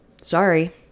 Sorry